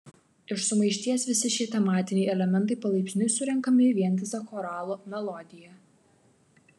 iš sumaišties visi šie tematiniai elementai palaipsniui surenkami į vientisą choralo melodiją